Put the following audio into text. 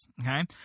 Okay